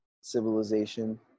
civilization